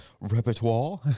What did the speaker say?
repertoire